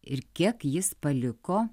ir kiek jis paliko